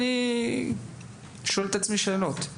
אני שואל את עצמי שאלות.